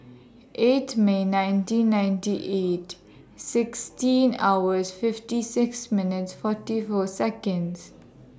eight May nineteen ninety eight sixteen hours fifty six minutes forty four Seconds